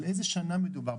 על איזו שנה מדובר?